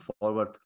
forward